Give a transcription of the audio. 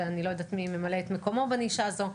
ואני לא יודעת מי ממלא את מקומו בנישה הזו.